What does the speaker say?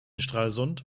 stralsund